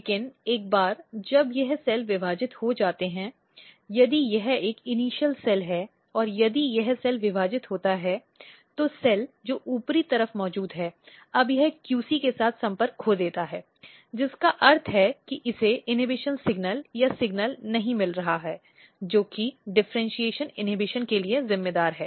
लेकिन एक बार जब यह सेल्स विभाजित हो जाते हैं यदि यह एक इनिशियल सेल है और यदि यह सेल विभाजित होता है तो सेल जो ऊपरी तरफ मौजूद है अब यह QC के साथ संपर्क खो देता है जिसका अर्थ है कि इसे इन्हबिशन सिग्नल या सिग्नल नहीं मिल रहा है जो कि डिफ़र्इन्शीएशन इन्हबिशन के लिए जिम्मेदार है